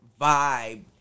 vibe